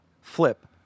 flip